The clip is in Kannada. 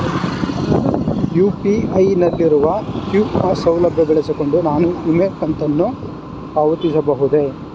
ಯು.ಪಿ.ಐ ನಲ್ಲಿರುವ ಕ್ಯೂ.ಆರ್ ಸೌಲಭ್ಯ ಬಳಸಿಕೊಂಡು ನಾನು ವಿಮೆ ಕಂತನ್ನು ಪಾವತಿಸಬಹುದೇ?